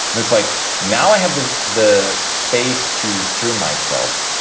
and it's like, now i have the the space to hear myself.